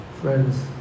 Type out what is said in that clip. friends